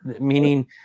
meaning